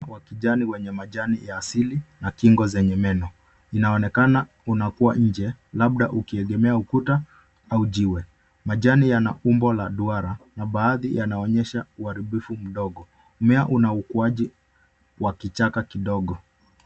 Wa kijani wenye majani ya asili na kingo zenye meno. Inaonekana ukikua nje ukiegemea ukuta au jiwe. Majani yana umbo la duara na baadhi yanaonyesha uharibifu mdogo. Mmea una ukuaji wa kichaka kidogo.